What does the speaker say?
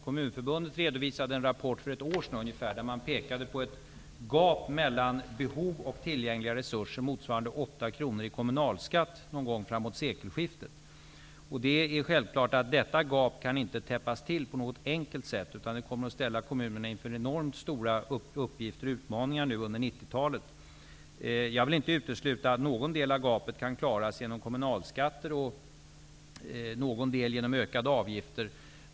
Kommunförbundet redovisade en rapport för ungefär ett år sedan, där man pekar på ett gap mellan behov och tillgängliga resurser motsvarande 8 kr i kommunalskatt någon gång framemot sekelskiftet. Det är självklart att detta gap inte kan täppas till på ett enkelt sätt, utan detta kommer att ställa kommunerna inför enormt stora uppgifter och utmaningar under 90-talet. Jag vill inte utesluta att någon del av gapet kan klaras genom kommunalskatter och, till någon del, genom ökade avgifter.